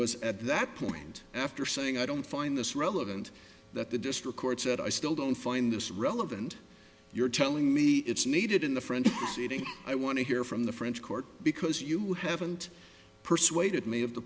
was at that point after saying i don't find this relevant that the district court said i still don't find this relevant you're telling me it's needed in the french city i want to hear from the french court because you haven't persuaded me of the